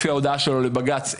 לפי ההודעה שלו לבג"צ,